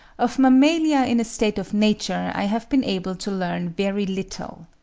of mammalia in a state of nature i have been able to learn very little.